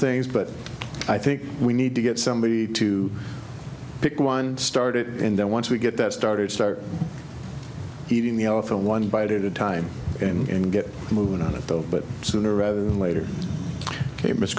things but i think we need to get somebody to pick one started in there once we get that started start eating the elephant one bite at a time in get moving on it though but sooner rather than later it was